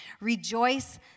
rejoice